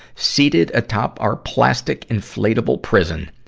seated atop our plastic inflatable prison,